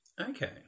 Okay